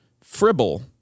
fribble